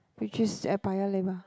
which is at paya lebar